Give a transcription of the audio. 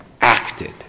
acted